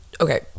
Okay